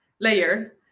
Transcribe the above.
layer